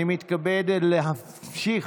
אני מתכבד להמשיך